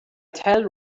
tell